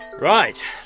Right